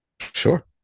sure